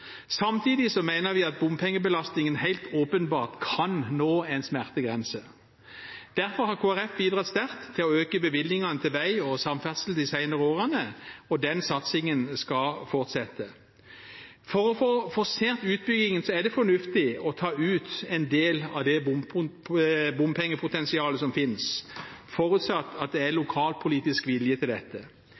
Samtidig mener vi at bompengebelastningen helt åpenbart kan nå en smertegrense. Derfor har Kristelig Folkeparti bidratt sterkt til å øke bevilgningene til vei og samferdsel de senere årene, og den satsingen skal fortsette. For å få forsert utbyggingen er det fornuftig å ta ut en del av det bompengepotensialet som finnes, forutsatt at det er lokalpolitisk vilje til